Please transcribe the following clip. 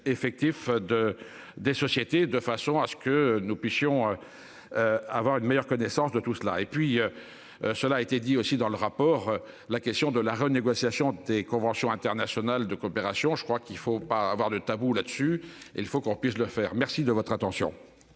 des sociétés de façon à ce que nous puissions. Avoir une meilleure connaissance de tout cela et puis. Cela a été dit aussi dans le rapport, la question de la renégociation des conventions internationales de coopération. Je crois qu'il faut pas avoir de tabous là-dessus. Il faut qu'on puisse le faire. Merci de votre attention.